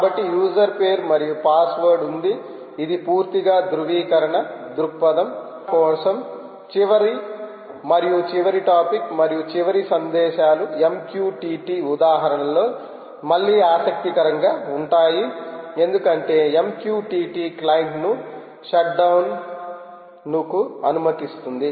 కాబట్టి యూసర్ పేరు మరియు పాస్వర్డ్ ఉంది ఇది పూర్తిగా ధృవీకరణ దృక్పదం కోసం చివరి మరియు చివరి టాపిక్ మరియు చివరి సందేశాలు mqtt ఉదాహరణలో మళ్లీ ఆసక్తికరంగా ఉంటాయి ఎందుకంటే mqtt క్లయింట్ ను షట్డౌన్ను కు అనుమతిస్తుంది